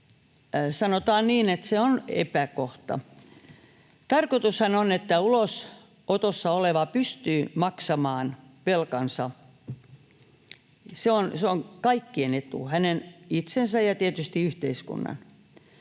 sanotaan että epäkohdan: Tarkoitushan on, että ulosotossa oleva pystyy maksamaan velkansa. Se on kaikkien etu, hänen itsensä ja tietysti yhteiskunnan.